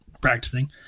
practicing